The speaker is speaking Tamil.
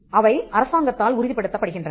அவை அரசாங்கத்தால் உறுதிப் படுத்தப்படுகின்றன